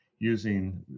Using